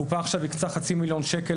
הקופה הקצתה עכשיו חצי מיליון שקל